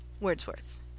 Wordsworth